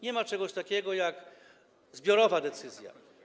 Nie ma czegoś takiego jak zbiorowa decyzja.